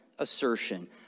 Assertion